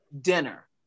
dinner